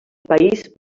país